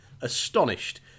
astonished